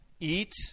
eat